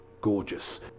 gorgeous